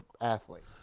athlete